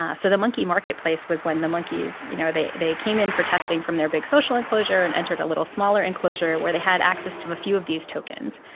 ah so the monkey marketplace was when the monkeys, you know, they they came in for testing from their big social enclosure and entered a little smaller enclosure where they had access to a few of these tokens.